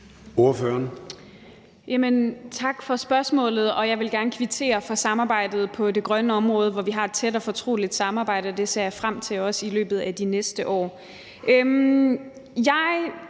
Tak for spørgsmålet. Jeg vil gerne kvittere for samarbejdet på det grønne område, hvor vi har et tæt og fortroligt samarbejde, og det ser jeg frem til også i løbet af de næste år.